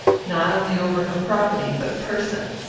not only over her property, but person.